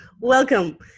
Welcome